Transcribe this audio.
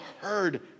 heard